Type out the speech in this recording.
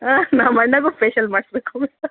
ಹಾಂ ನಮ್ಮಣ್ಣಗೂ ಫೇಶಿಯಲ್ ಮಾಡಿಸ್ಬೇಕು ಮೇಡಮ್